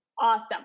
Awesome